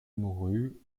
mourut